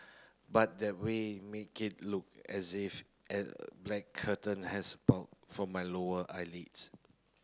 but that way make it look as if a black curtain has sprout from my lower eyelids